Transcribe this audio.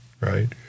right